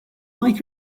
like